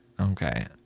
Okay